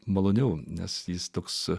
maloniau nes jis toks